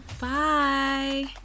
Bye